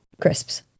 crisps